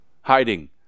Hiding